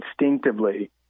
instinctively